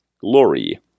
glory